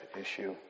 issue